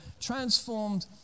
transformed